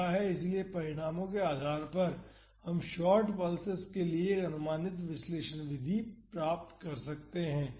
इसलिए परिणामों के आधार पर हम शार्ट पल्सेस के लिए एक अनुमानित विश्लेषण विधि पा सकते हैं